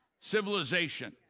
Civilization